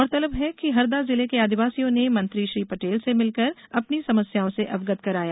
गौरतलब है कि हरदा जिले के आदिवासियों ने मंत्री श्री पटेल से मिलकर अपनी समस्याओं से अवगत कराया